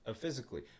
physically